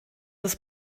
des